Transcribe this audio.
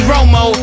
Romo